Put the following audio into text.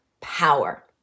power